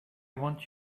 want